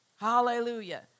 Hallelujah